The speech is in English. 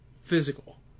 physical